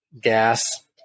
gas